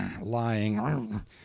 lying